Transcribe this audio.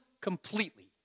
completely